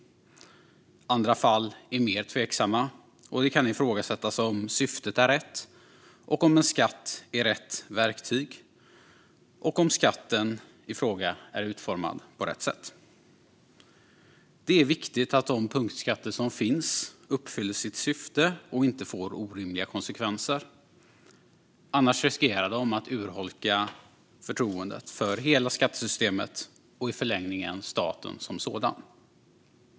Andra fall är mer tveksamma, och det kan ifrågasättas om syftet är rätt, om en skatt är rätt verktyg och om skatten i fråga är utformad på rätt sätt. Det är viktigt att de punktskatter som finns uppfyller sitt syfte och inte får orimliga konsekvenser, annars riskerar de att urholka förtroendet för hela skattesystemet och i förlängningen förtroendet för staten som sådan.